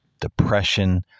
depression